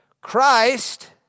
Christ